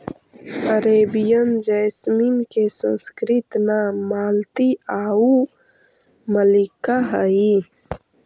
Arabian jasmine के संस्कृत नाम मालती आउ मल्लिका हइ